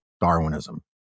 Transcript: Darwinism